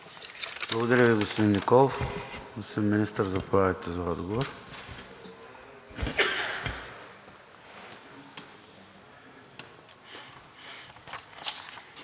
Благодаря Ви, господин Николов. Господин Министър, заповядайте за отговор.